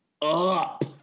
up